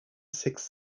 six